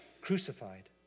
crucified